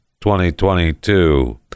2022